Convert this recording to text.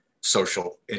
social